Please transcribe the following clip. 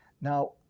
Now